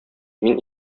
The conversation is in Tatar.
мин